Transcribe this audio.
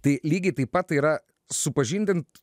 tai lygiai taip pat yra supažindint